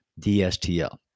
DSTL